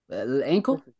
ankle